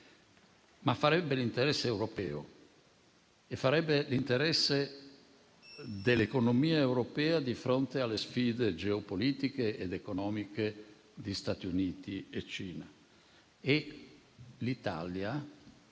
ma farebbe anche l'interesse europeo e quello dell'economia europea di fronte alle sfide geopolitiche ed economiche di Stati Uniti e Cina. L'Italia,